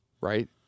Right